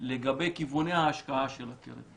לגבי כיווני ההשקעה של הקרן,